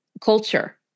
culture